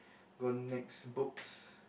go next books